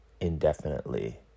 indefinitely